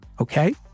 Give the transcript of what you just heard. Okay